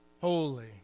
holy